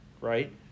right